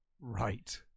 Right